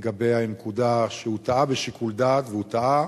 לגבי הנקודה שהוא טעה בשיקול דעת, והוא טעה,